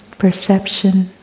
perception,